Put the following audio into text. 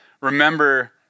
remember